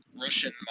Russian